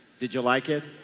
did you like it?